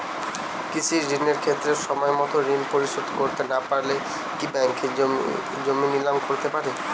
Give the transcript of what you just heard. কৃষিঋণের ক্ষেত্রে সময়মত ঋণ পরিশোধ করতে না পারলে কি ব্যাঙ্ক জমি নিলাম করতে পারে?